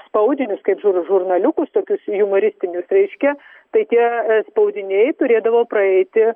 spaudinius kaip žur žurnaliukus tokius jumoristinius reiškia tai tie spaudiniai turėdavo praeiti